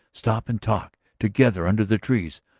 stop and talk together under the trees.